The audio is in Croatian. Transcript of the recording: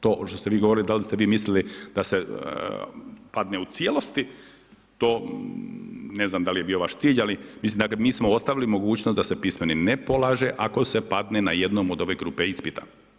To ovo što ste vi govorili, da li ste vi mislili da se padne u cijelosti, to ne znam da li je bio vaš cilj ali mislim dakle mi smo ostavili mogućnost da se pismeni ne polaže ako se padne na jednom od ove grupe ispita.